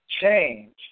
change